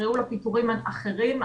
תקראו לו פיטורים אחרים,